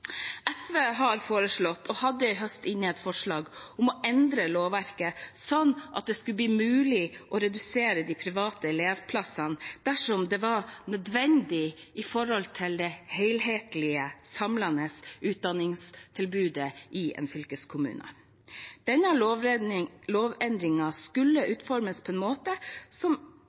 SV har foreslått, og hadde i høst inne et forslag om, å endre lovverket sånn at det skulle bli mulig å redusere de private elevplassene dersom det var nødvendig med tanke på det helhetlige, samlede utdanningstilbudet i en fylkeskommune. Denne lovendringen skulle utformes på en måte som